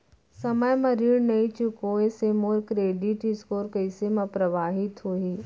समय म ऋण नई चुकोय से मोर क्रेडिट स्कोर कइसे म प्रभावित होही?